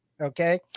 okay